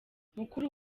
mukuru